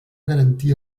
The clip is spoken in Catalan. garantir